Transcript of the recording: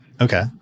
okay